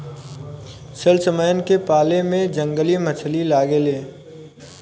salmon के पाले में जंगली मछली लागे ले